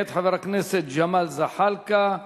מאת חבר הכנסת ג'מאל זחאלקה,